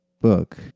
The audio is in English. book